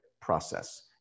process